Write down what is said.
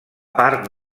part